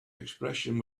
expression